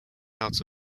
out